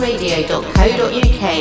radio.co.uk